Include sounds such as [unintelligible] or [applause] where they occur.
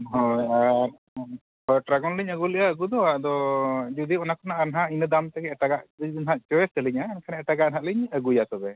[unintelligible] ᱦᱳᱭ ᱯᱮᱨᱟᱜᱚᱱ ᱞᱤᱧ ᱟᱹᱜᱩ ᱞᱮᱜᱼᱟ ᱟᱹᱜᱩ ᱫᱚ ᱟᱫᱚ ᱡᱩᱫᱤ ᱚᱱᱟ ᱠᱷᱚᱱᱟᱜ ᱦᱟᱸᱜ ᱤᱱᱟᱹ ᱫᱟᱢ ᱛᱮᱜᱮ ᱮᱴᱟᱜᱟᱜ ᱞᱤᱧ [unintelligible] ᱟᱹᱞᱤᱧᱟ ᱮᱱᱠᱷᱟᱱ ᱮᱴᱟᱜᱟᱜ ᱦᱟᱸᱜ ᱞᱤᱧ ᱟᱹᱜᱩᱭᱟ ᱛᱚᱵᱮ